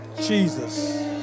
Jesus